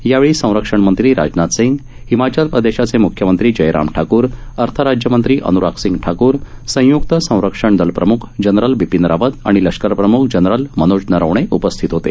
यावेळी संरक्षण मंत्री राजनाथ सिंग हिमाचल प्रदेशाचे मुख्यमंत्री जयराम ठाकूर अर्थ राज्यमंत्री अन्राग सिंग ठाकूर संय्क्त संरक्षण दल प्रम्ख जनरल बिपीन रावत आणि लष्करप्रम्ख जनरल मनोज नरवणे उपस्थित होते